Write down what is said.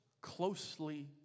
closely